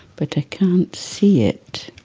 but i can't see it.